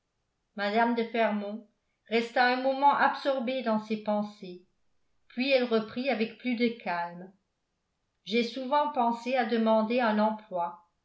mme de fermont resta un moment absorbée dans ses pensées puis elle reprit avec plus de calme j'ai souvent pensé à demander un emploi